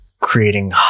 creating